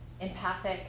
empathic